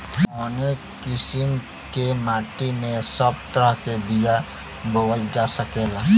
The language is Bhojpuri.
कवने किसीम के माटी में सब तरह के बिया बोवल जा सकेला?